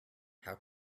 how